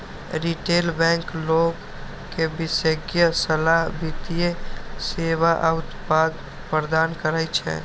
retail bank लोग कें विशेषज्ञ सलाह, वित्तीय सेवा आ उत्पाद प्रदान करै छै